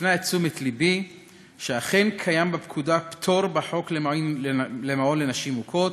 הפנה את תשומת לבי שאכן קיים בפקודה פטור בחוק למעון לנשים מוכות